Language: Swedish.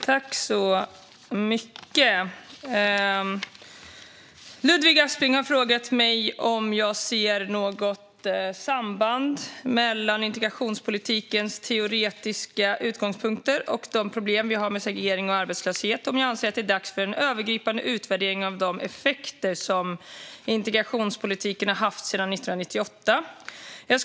Herr ålderspresident! Ludvig Aspling har frågat mig om jag ser något samband mellan integrationspolitikens teoretiska utgångspunkter och de problem vi har med segregering och arbetslöshet och om jag anser att det är dags för en övergripande utvärdering av de effekter som integrationspolitiken har haft sedan 1998.